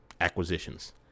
acquisitions